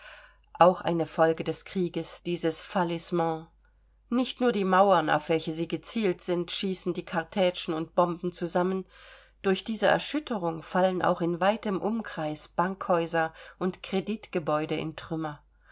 auch eine folge des krieges dieses fallissement nicht nur die mauern auf welche sie gezielt sind schießen die kartätschen und bomben zusammen durch diese erschütterung fallen auch in weitem umkreis bankhäuser und kreditgebäude in trümmer